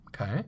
Okay